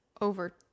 over